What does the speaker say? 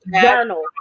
journal